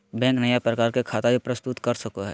bank नया प्रकार के खता भी प्रस्तुत कर सको हइ